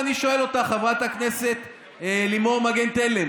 אני שואל אותך, חברת הכנסת לימור מגן תלם,